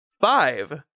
Five